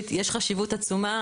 זאת אומרת,